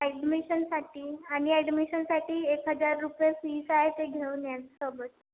ॲडमिशनसाठी आणि ॲडमिशनसाठी एक हजार रुपये फीस आहे ते घेऊन या सोबत